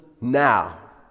now